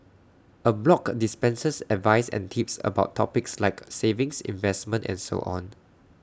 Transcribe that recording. A blog dispenses advice and tips about topics like savings investment and so on